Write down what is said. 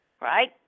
Right